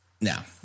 now